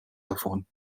davon